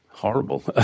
horrible